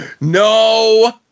No